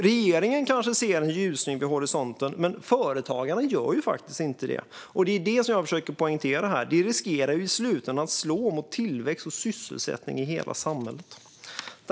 Regeringen kanske ser en ljusning vid horisonten, men företagarna gör faktiskt inte det. Det är det som jag försöker poängtera här. Detta riskerar i slutändan att slå mot tillväxt och sysselsättning i hela samhället.